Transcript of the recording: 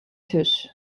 tisch